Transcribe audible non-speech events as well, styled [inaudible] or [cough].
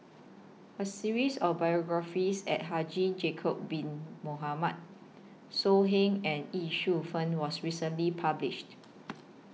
A series of biographies At Haji [unintelligible] Bin Mohamed So Heng and Ye Shufang was recently published